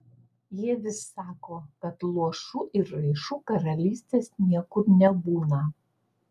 jie vis sako kad luošų ir raišų karalystės niekur nebūna